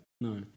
No